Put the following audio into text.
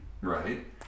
Right